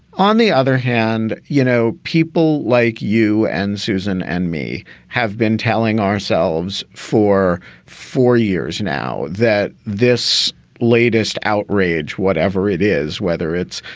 on the other hand, you know, people like you and susan and me have been telling ourselves for four years now that this latest outrage, whatever it is, whether it's,